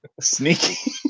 Sneaky